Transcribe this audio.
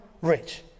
rich